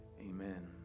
Amen